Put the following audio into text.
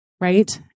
Right